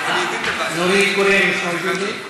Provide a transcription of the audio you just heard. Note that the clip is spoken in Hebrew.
נורית קורן מיש מאוג'ודה?